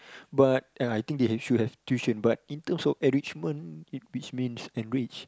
but ya I think they should have tuition but in terms of enrichment it which means enrich